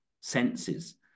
senses